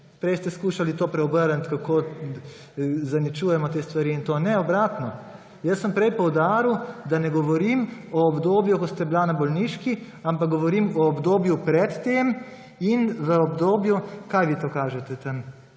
Prej ste skušali to preobrniti, kako zaničujemo te stvari in to. Ne, obratno. Jaz sem prej poudaril, da ne govorim o obdobju, ko ste bili na bolniški, ampak govorim o obdobju pred tem in o obdobju … Kaj vi to kažete